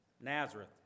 Nazareth